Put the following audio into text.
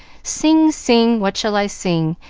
sing, sing, what shall i sing?